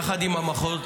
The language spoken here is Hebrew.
יחד עם המחוז,